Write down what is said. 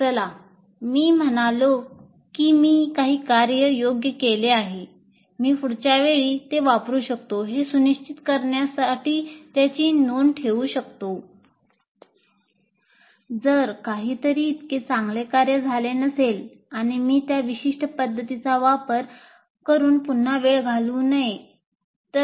चला मी म्हणालो की मी काही कार्य योग्य केले आहे मी पुढच्या वेळी ते वापरू शकतो जर काहीतरी इतके चांगले कार्य झाले नसेल आणि मी त्या विशिष्ट पद्धतीचा वापर करून पुन्हा वेळ घालवू नये हे सुनिश्चित करण्यासाठी त्याची मी नोंद ठेवू शकतो